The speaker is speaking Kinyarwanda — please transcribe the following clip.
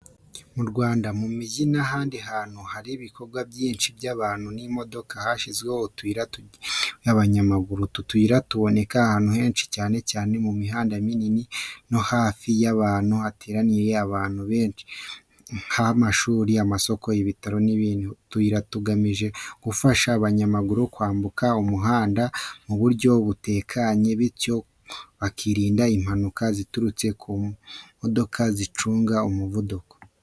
Mu Rwanda, mu mijyi n’ahandi hantu hari ibikorwa byinshi by’abantu n’imodoka, hashyizweho utuyira twagenewe abanyamaguru. Utu tuyira tuboneka ahantu henshi cyane cyane ku mihanda minini no hafi y’ahantu hateranira abantu benshi nk’amashuri, amasoko, ibitaro n’ibindi. Utu tuyira tugamije gufasha abanyamaguru kwambuka umuhanda mu buryo butekanye, bityo bakirindwa impanuka zituruka ku modoka zicunga umuvuduko.